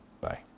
Bye